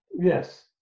Yes